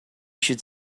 should